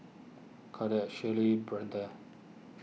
Kordell Braeden